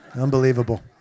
Unbelievable